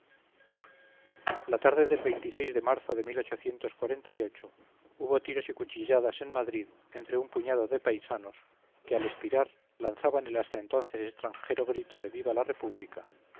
la tarde del de marzo de hubo tiros y cuchilladas en madrid entre un puñado de paisanos que al expirar lanzaban el hasta entonces extranjero grito de viva la república